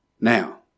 Now